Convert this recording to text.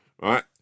right